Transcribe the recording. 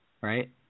right